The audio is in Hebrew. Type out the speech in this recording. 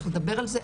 צריך לדבר על זה,